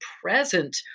present